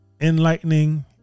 enlightening